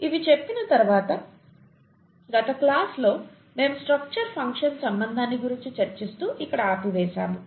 ఇవి చెప్పిన తరువాత గత క్లాస్ లో మేము స్ట్రక్చర్ ఫంక్షన్ సంబంధాన్నిగురించి చర్చిస్తూ ఇక్కడ ఆపివేసాము